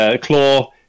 claw